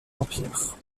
empire